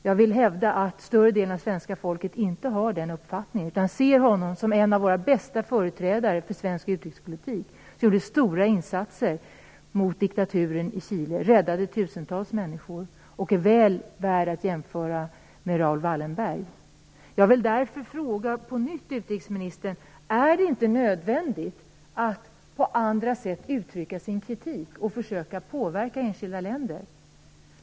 Jag vill hävda att större delen av svenska folket inte har denna uppfattning, utan att man ser honom som en av våra bästa företrädare för svensk utrikespolitik som gjorde stora insatser mot diktaturen i Chile. Han räddade tusentals människor, och han är väl värd att jämföra med Raoul Wallenberg. Jag frågar därför utrikesministern på nytt: Är det inte nödvändigt att uttrycka sin kritik och försöka påverka enskilda länder?